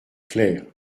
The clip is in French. clair